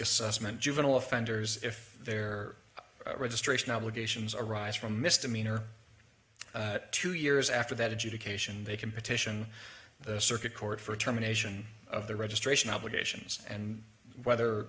assessment juvenile offenders if their registration obligations arise from misdemeanor two years after that adjudication they can petition the circuit court for terminations of the registration obligations and whether